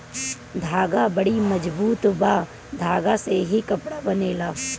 धागा बड़ी मजबूत बा धागा से ही कपड़ा बनेला